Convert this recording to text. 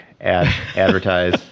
advertise